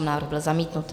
Návrh byl zamítnut.